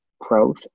growth